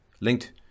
linked